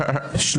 מי נמנע?